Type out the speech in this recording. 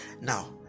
Now